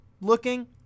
looking